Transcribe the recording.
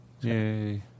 Yay